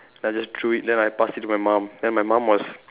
then I just drew it then I pass it to my mum then my mum was